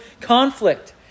conflict